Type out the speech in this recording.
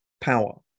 power